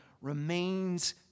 remains